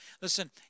Listen